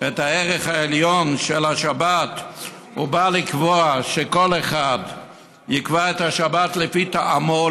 את הערך העליון של השבת ובא לקבוע שכל אחד יקבע את השבת לפי טעמו,